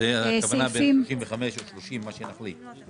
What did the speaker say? הכוונה ל-35 אחוזים או 30 אחוזים, מה שנחליט.